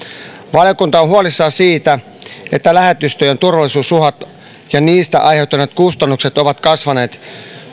valiokunta on huolissaan siitä että lähetystöjen turvallisuusuhat ja niistä aiheutuneet kustannukset ovat kasvaneet